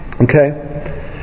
Okay